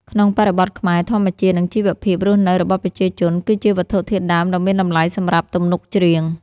ក្នុងបរិបទខ្មែរ ធម្មជាតិ និងជីវភាពរស់នៅរបស់ប្រជាជន គឺជាវត្ថុធាតុដើមដ៏មានតម្លៃសម្រាប់ទំនុកច្រៀង។